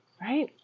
Right